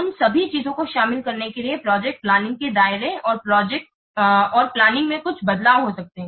उन सभी चीजों को शामिल करने के लिए प्रोजेक्ट प्लानिंग के दायरे और प्लानिंग में कुछ बदलाव हो सकते हैं